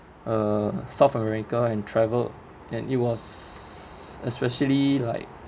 uh south america and travelled and it was especially like